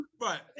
right